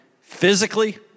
physically